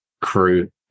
crew